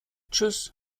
tschüss